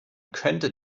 könnte